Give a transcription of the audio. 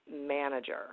manager